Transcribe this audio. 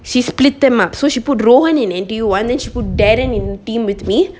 she split them up so she put rowen in N_T_U one then she would darren in team with me